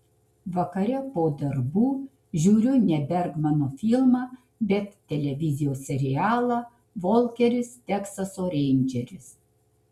vakare po darbų žiūriu ne bergmano filmą bet televizijos serialą volkeris teksaso reindžeris